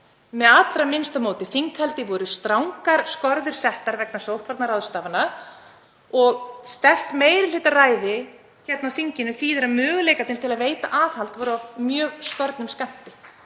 með allra minnsta móti. Þinghaldi voru strangar skorður settar vegna sóttvarnaráðstafana og sterkt meirihlutaræði hérna á þinginu þýddi að möguleikarnir til að veita aðhald voru oft af mjög skornum skammti.